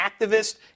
activist